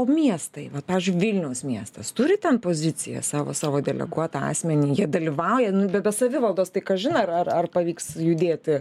o miestai va pavyzdžiui vilniaus miestas turi ten pozicijas savo savo deleguotą asmenį jie dalyvauja nu bet be savivaldos tai kažin ar ar pavyks judėti